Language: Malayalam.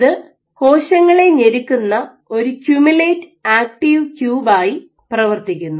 ഇത് കോശങ്ങളെ ഞെരുക്കുന്ന ഒരു ക്യുമുലേറ്റ് ആക്റ്റീവ് ക്യൂബായി പ്രവർത്തിക്കുന്നു